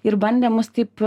ir bandė mus taip